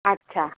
अच्छा